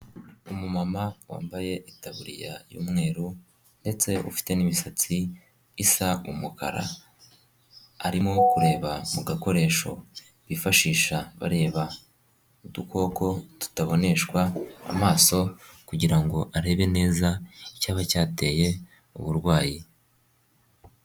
Umumama wambaye itaburiya y'umweru ndetse ufite n'imisatsi isa umukara, arimo kureba mu gakoresho, bifashisha bareba udukoko tutaboneshwa amaso kugira ngo arebe neza, icyaba cyateye uburwayi.